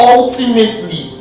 Ultimately